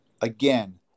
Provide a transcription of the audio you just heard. again